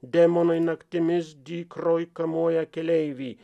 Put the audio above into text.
demonai naktimis dykroj kamuoja keleivį